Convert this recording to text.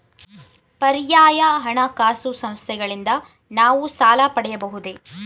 ಪರ್ಯಾಯ ಹಣಕಾಸು ಸಂಸ್ಥೆಗಳಿಂದ ನಾವು ಸಾಲ ಪಡೆಯಬಹುದೇ?